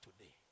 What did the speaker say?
today